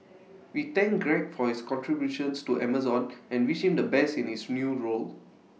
we thank Greg for his contributions to Amazon and wish him the best in his new role